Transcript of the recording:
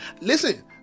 listen